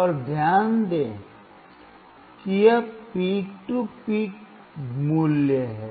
और ध्यान दें कि यह पीक टू पीक मूल्य है